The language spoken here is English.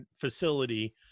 facility